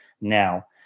now